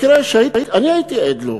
מקרה שאני הייתי עד לו,